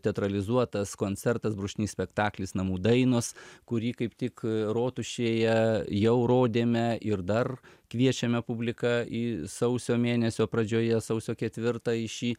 teatralizuotas koncertas brūkšnys spektaklis namų dainos kurį kaip tik rotušėje jau rodėme ir dar kviečiame publiką į sausio mėnesio pradžioje sausio ketvirtą į šį